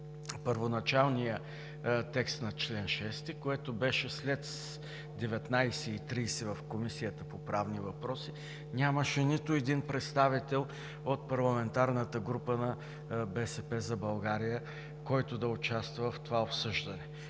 първоначалния текст на чл. 6, което беше след 19,30 ч. в Комисията по правни въпроси, нямаше нито един представител от парламентарната група на „БСП за България“, който да участва в това обсъждане.